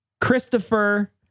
Christopher